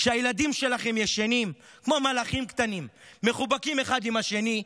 כשהילדים שלכם ישנים כמו מלאכים קטנים מחובקים אחד עם השני,